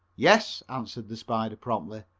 yes, answered the spider promptly,